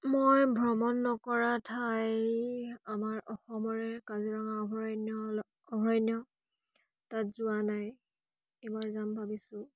মই ভ্ৰমণ নকৰা ঠাই আমাৰ অসমৰে কাজিৰঙা অভয়াৰণ্য অভয়াৰণ্য তাত যোৱা নাই এইবাৰ যাম ভাবিছোঁ